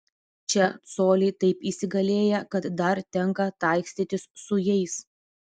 čia coliai taip įsigalėję kad dar tenka taikstytis su jais